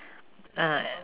uh